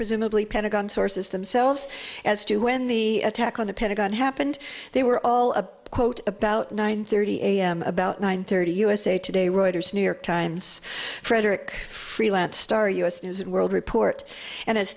presumably pentagon sources themselves as to when the attack on the pentagon happened they were all a quote about nine thirty a m about nine thirty usa today reuters new york times frederick freelance starr u s news and world report and as